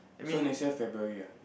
so next year February ah